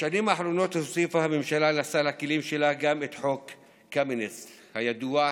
בשנים האחרונות הוסיפה הממשלה לסל הכלים שלה גם את חוק קמיניץ הידוע,